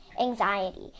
anxiety